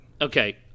Okay